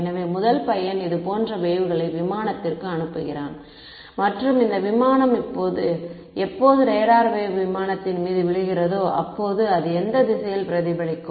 எனவே முதல் பையன் இதுபோன்ற ஒரு வேவ்களை விமானத்திற்கு அனுப்புகிறான்மற்றும் இந்த விமானம் எப்போது ரேடார் வேவ் விமானத்தின் மீது விழுகிறதோ அப்போது அது எந்த திசையில் பிரதிபலிக்கும்